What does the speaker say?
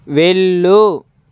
వెళ్ళు